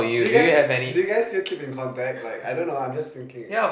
do you guys do you guys still keep in contact like I don't know I'm just thinking